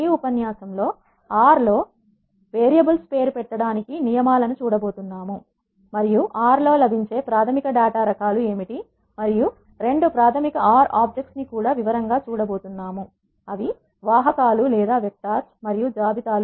ఈ ఉపన్యాసంలో లో ఆర్ R లో వేరియబుల్స్ పేరు పెట్టడానికి నియమాలను చూడబోతున్నాము మరియు ఆర్ R లో లభించే ప్రాథమిక డేటా రకాలు ఏమిటి మరియు మనము 2 ప్రాథమిక ఆర్ R ఆబ్జెక్ట్స్ ను కూడా వివరంగా చూడబోతున్నాము అవి వెక్టార్స్ మరియు జాబితాలు